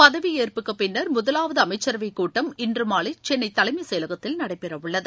பதவியேற்புக்குப் பின்னர் முதலாவது அமைச்சரவைக் கூட்டம் இன்று மாலை சென்னை தலைமைச் செயலகத்தில் நடைபெறவுள்ளது